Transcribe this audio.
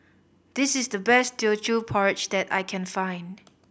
this is the best Teochew Porridge that I can find